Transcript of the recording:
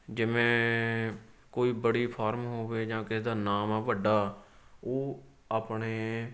ਜਿਵੇਂ ਕੋਈ ਬੜੀ ਫਾਰਮ ਹੋਵੇ ਜਾਂ ਕਿਸੇ ਦਾ ਨਾਮ ਆ ਵੱਡਾ ਉਹ ਆਪਣੇ